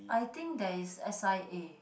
I think there is s_i_a